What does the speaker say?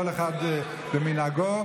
כל אחד על פי מנהגו,